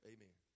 Amen